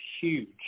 huge